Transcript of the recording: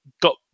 got